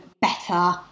better